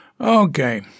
Okay